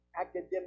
academic